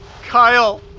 Kyle